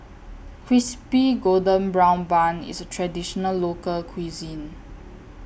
Crispy Golden Brown Bun IS Traditional Local Cuisine